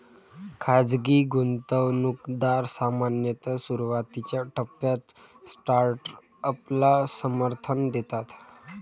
खाजगी गुंतवणूकदार सामान्यतः सुरुवातीच्या टप्प्यात स्टार्टअपला समर्थन देतात